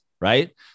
Right